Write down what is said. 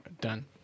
Done